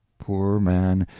poor man,